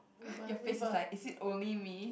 your face is like is it only me